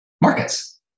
markets